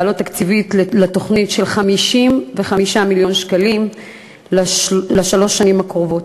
בעלות תקציבית של 55 מיליון שקלים בשלוש השנים הקרובות.